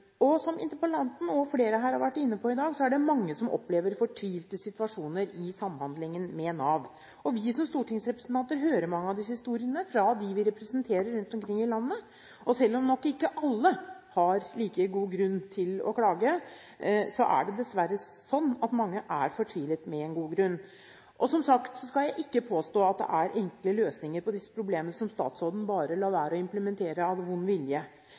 Som interpellanten og flere her har vært inne på i dag, er det mange som opplever fortvilte situasjoner i samhandlingen med Nav. Vi som stortingsrepresentanter hører mange av disse historiene fra dem vi representerer rundt omkring i landet. Og selv om nok ikke alle har like god grunn til å klage, er det dessverre slik at mange er fortvilet med god grunn. Som sagt skal jeg ikke påstå at det er enkle løsninger på disse problemene som statsråden bare lar være å implementere av vond vilje.